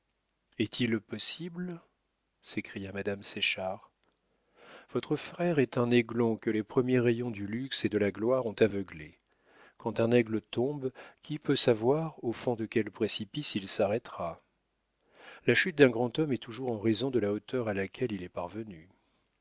est-il possible s'écria madame séchard votre frère est un aiglon que les premiers rayons du luxe et de la gloire ont aveuglé quand un aigle tombe qui peut savoir au fond de quel précipice il s'arrêtera la chute d'un grand homme est toujours en raison de la hauteur à laquelle il est parvenu